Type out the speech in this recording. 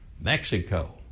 Mexico